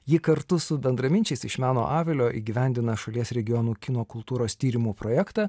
ji kartu su bendraminčiais iš meno avilio įgyvendina šalies regionų kino kultūros tyrimų projektą